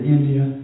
India